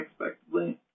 unexpectedly